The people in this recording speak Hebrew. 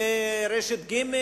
ורשת ג',